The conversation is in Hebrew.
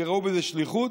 כי ראו בזה שליחות,